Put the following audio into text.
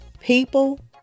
people